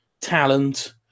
talent